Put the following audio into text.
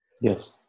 Yes